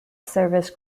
service